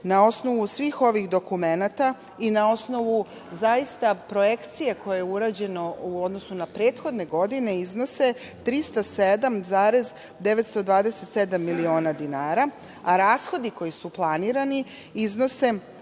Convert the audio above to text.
na osnovu svih ovih dokumenata i na osnovu zaista projekcije koja je urađena u odnosu na prethodne godine, iznose 307,927 miliona dinara, a rashodi koji su planirani iznose,